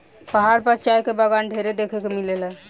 पहाड़ पर चाय के बगावान ढेर देखे के मिलेला